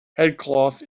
headcloth